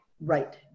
Right